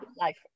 Life